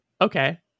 okay